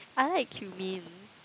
I like cumin